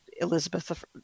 Elizabeth